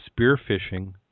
spearfishing